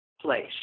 place